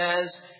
says